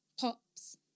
pops